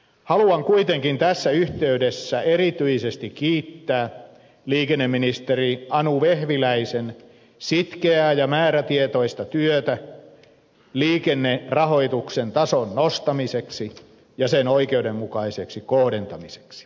haluan kuitenkin tässä yhteydessä erityisesti kiittää liikenneministeri anu vehviläisen sitkeää ja määrätietoista työtä liikennerahoituksen tason nostamiseksi ja sen oikeudenmukaiseksi kohdentamiseksi